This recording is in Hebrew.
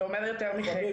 זה אומר יותר מחצי.